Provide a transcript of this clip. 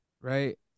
right